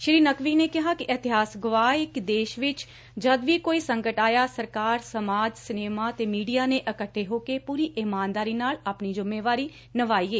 ਸ੍ਰੀ ਨਕਬੀ ਨੇ ਕਿਹਾ ਕਿ ਇਤਿਹਾਸ ਗਵਾਹ ਏ ਕਿ ਦੇਸ਼ ਵਿਚ ਜਦੋ ਵੀ ਕੋਈ ਸੰਕਟ ਆਇਆ ਸਰਕਾਰ ਸਮਾਜ ਸਿਨੇਮਾ ਤੇ ਮੀਡੀਆ ਨੇ ਇਕੱਠੇ ਹੋ ਕੇ ਪੁਰੀ ਇਮਾਨਦਾਰੀ ਨਾਲ ਆਪਣੀ ਜ੍ਰੰਮੇਵਾਰੀ ਨਿਭਾਈ ਏ